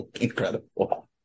incredible